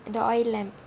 the oil lamp